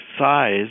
size